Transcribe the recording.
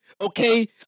okay